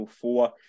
four